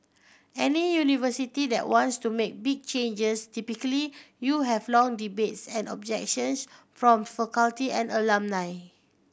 any university that wants to make big changes typically you have long debates and objections from faculty and alumni